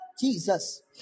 Jesus